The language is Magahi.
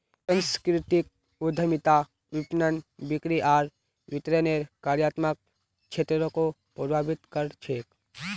सांस्कृतिक उद्यमिता विपणन, बिक्री आर वितरनेर कार्यात्मक क्षेत्रको प्रभावित कर छेक